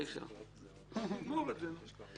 נגמור את זה.